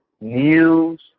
news